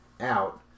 out